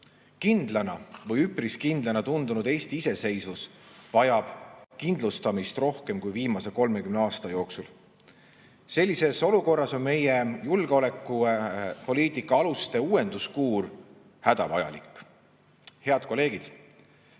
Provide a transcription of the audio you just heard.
Kindlana või üpris kindlana tundunud Eesti iseseisvus vajab kindlustamist rohkem kui viimase 30 aasta jooksul. Sellises olukorras on meie julgeolekupoliitika aluste uuenduskuur hädavajalik. Head kolleegid!